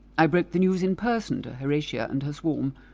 i broke the news in person to horatia and her swarm.